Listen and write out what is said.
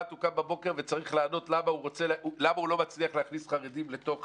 הוא קם בבוקר וצריך לענות למה הוא לא מצליח להכניס חרדים לתוך